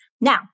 Now